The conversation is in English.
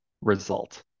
result